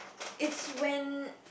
it's when